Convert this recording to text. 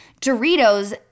Doritos